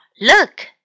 Look